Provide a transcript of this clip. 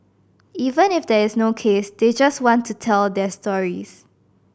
even if there is no case they just want to tell their stories